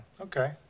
Okay